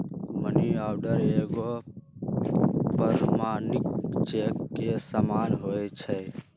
money order एगो प्रमाणिक cheque के समान होइ छै